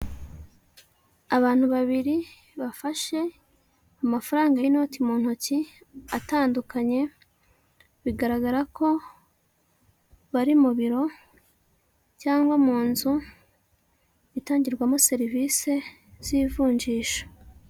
Abantu babiri bafashe amafaranga y'inoti mu ntoki atandukanye bigaragara ko bari mu biro cyangwa mu nzu itangirwamo serivise z'ivunjisha.